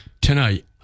tonight